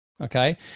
okay